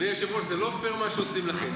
אדוני היושב-ראש, זה לא פייר מה שעושים לך.